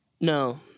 No